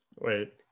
Wait